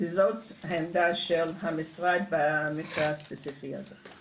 וזאת העמדה של המשרד במקרה הספציפי הזה.